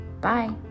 Bye